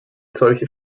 solche